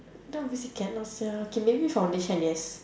then obviously cannot sia K maybe foundation yes